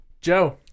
Joe